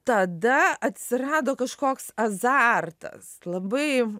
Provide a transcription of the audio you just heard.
tada atsirado kažkoks azartas labai